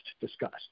discussed